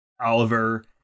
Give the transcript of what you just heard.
oliver